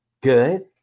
Good